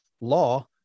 law